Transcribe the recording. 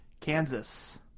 Kansas